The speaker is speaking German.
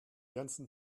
ganzen